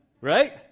right